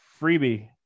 Freebie